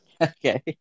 Okay